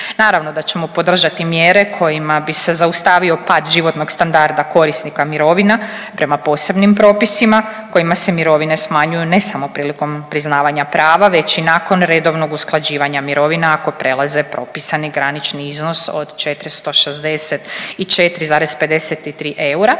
Naravno da ćemo podržati mjere kojima bi se zaustavio pad životnog standarda korisnika mirovina prema posebnim propisima kojima se mirovine smanjuju ne samo prilikom priznavanja prava već i nakon redovnog usklađivanja mirovina ako prelaze propisani granični iznos od 464,53 eura.